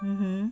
hmm